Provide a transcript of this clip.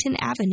Avenue